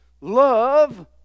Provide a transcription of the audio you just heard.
love